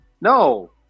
no